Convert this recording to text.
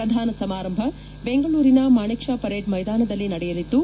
ಪ್ರಧಾನ ಸಮಾರಂಭ ಬೆಂಗಳೂರಿನ ಮಾಣಿಕ್ ಷಾ ಪೆರೇಡ್ ಮೈದಾನದಲ್ಲಿ ನಡೆಯಲಿದ್ದು